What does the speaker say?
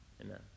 Amen